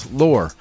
lore